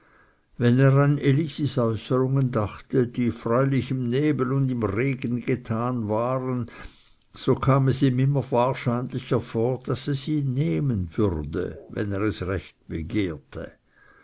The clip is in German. wenn er an elisi äußerungen dachte die freilich im nebel und im regen getan waren so kam es ihm immer wahrscheinlicher vor daß es ihn nehmen würde wenn er es recht begehrte